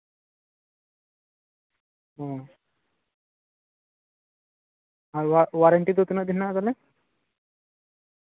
ᱚ ᱟᱨ ᱚᱣᱟᱨᱮᱱᱴᱤ ᱫᱚ ᱛᱤᱱᱟᱹᱜ ᱫᱤᱱ ᱦᱮᱱᱟᱜᱼᱟ ᱛᱟᱦᱞᱮ